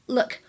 Look